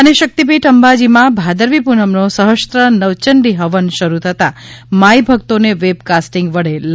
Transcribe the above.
ે શક્તિપીઠ અંબાજીમાં ભાદરવી પૂનમનો સહ્સ્ત્ર નવચંડી હવન શરૂ થતાં માઈ ભક્તોન વપ્ત કાસ્ટિંગ વડે લાભ અપાયો